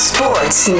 Sports